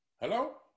Hello